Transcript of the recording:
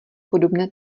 podobné